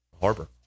Harbor